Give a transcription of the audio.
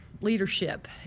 leadership